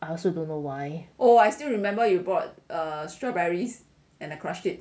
I also don't know why